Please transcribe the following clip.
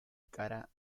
kara